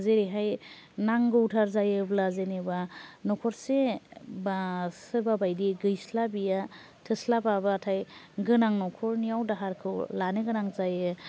जेरैहाय नांगौथार जायोब्ला जेनोबा न'खरसे बा सोरबा बायदि गैस्लाबैया थोस्लाबाबाथाय गोनां न'खरनियाव दाहारखौ लानो गोनां जायो